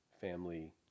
family